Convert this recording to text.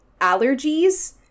allergies